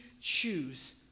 choose